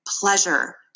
pleasure